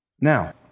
Now